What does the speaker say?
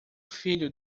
filho